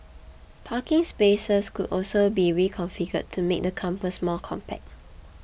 parking spaces could also be reconfigured to make the campus more compact